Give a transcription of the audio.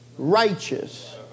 righteous